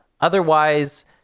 Otherwise